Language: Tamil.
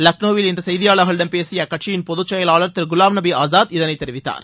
லக்னோவில் இன்று செய்தியாளர்களிடம் பேசிய அக்கட்சியின் பொதுச்செயலாளர் திரு குலாம்நபி ஆசாத் இதனை தெரிவித்தார்